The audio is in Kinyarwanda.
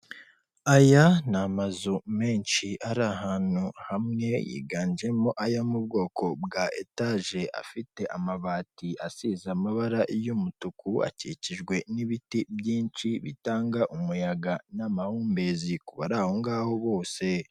Aya ni amazu menshi ari ahantu hamwe yiganjemo ayo mu bwoko bwa etaje afite amabati asize amabara y'umutuku akikijwe n'ibiti byinshi bitanga umuyaga n'amahumbezi ku bari aho ngaho bose.